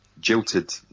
jilted